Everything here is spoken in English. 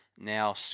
now